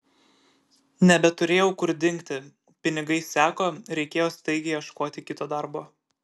nebeturėjau kur dingti pinigai seko reikėjo staigiai ieškoti kito darbo